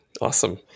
Awesome